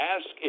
Ask